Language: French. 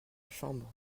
chambre